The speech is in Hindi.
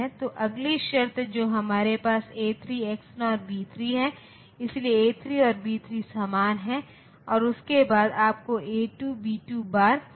अब कॉम्बिनेशन सर्किट भाग के लिए यह आमतौर पर लॉजिक गेट्स नामक चीज का उपयोग करके साधित किया जाता है और लॉजिक गेट्स के कई प्रकार होते हैं